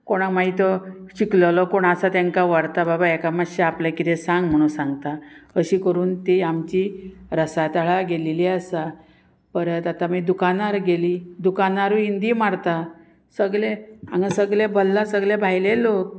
कोणाक मागीर तो शिकललो कोण आसा तेंकां व्हरता बाबा एका मातशें आपलें कितें सांग म्हणू सांगता अशी करून ती आमची रसाताळा गेलली आसा परत आतां मागीर दुकानार गेली दुकानारूय हिंदी मारता सगले हांगा सगले भल्ला सगले भायले लोक